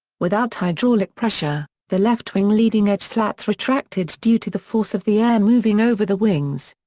without hydraulic pressure, the left wing leading edge slats retracted due to the force of the air moving over the wings.